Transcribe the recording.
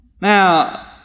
Now